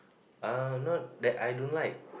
uh not that I don't like